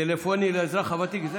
טלפוני לאזרח ותיק),